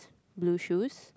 blue shoes